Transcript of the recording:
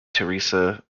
teresa